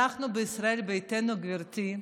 אנחנו בישראל ביתנו, גברתי,